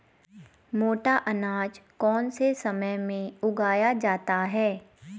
मोटा अनाज कौन से समय में उगाया जाता है?